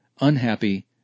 unhappy